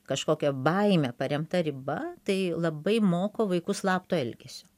kažkokia baime paremta riba tai labai moko vaikus slapto elgesio